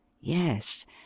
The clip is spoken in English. Yes